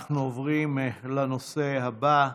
אנחנו עוברים לנושא הבא,